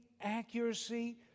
accuracy